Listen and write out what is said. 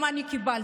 גם אני קיבלתי.